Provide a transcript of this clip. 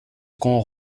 qu’on